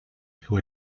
who